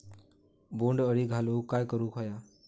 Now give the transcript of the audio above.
बोंड अळी घालवूक काय करू व्हया?